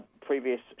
previous